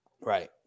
Right